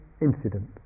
incident